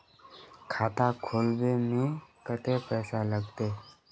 खाता खोलबे में कते पैसा लगते?